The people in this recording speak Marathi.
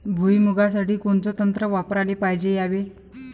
भुइमुगा साठी कोनचं तंत्र वापराले पायजे यावे?